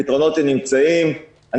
הפתרונות נמצאים.